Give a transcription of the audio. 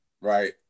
Right